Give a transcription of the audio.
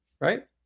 right